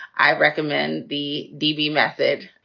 i recommend the divi method.